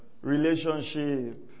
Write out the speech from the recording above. Relationship